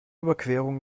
überquerung